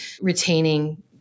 retaining